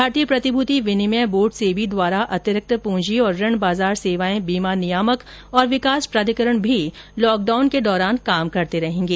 भारतीय प्रतिभूति विनिमय बोर्ड सेवी द्वारा अतिरिक्त पूंजी और ऋण बाजार सेवाएं बीमा नियामक और विकास प्राधिकरण भी तहकडाउन के दौरान काम करते रहेंगे